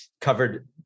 covered